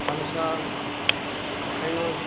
हम सभ अखैनो